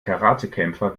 karatekämpfer